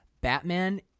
Batman